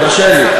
תרשה לי.